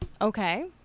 Okay